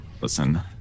Listen